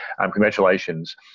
Congratulations